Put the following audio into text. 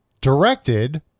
directed